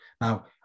Now